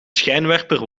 schijnwerper